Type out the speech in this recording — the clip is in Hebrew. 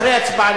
אחרי הצבעה,